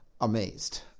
amazed